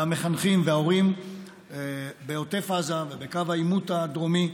המחנכים וההורים בעוטף עזה ובקו העימות הדרומי,